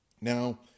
Now